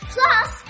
Plus